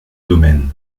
domaine